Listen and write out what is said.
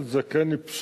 ההגדרה של זקן היא פשוטה.